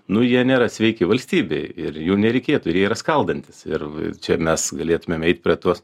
nu jie nėra sveiki valstybei ir jų nereikėtų ir jie yra skaldantys ir čia mes galėtumėm eiti prie tuos